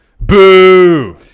Boo